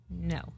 no